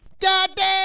Goddamn